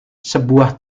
sebuah